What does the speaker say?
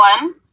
one